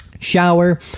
shower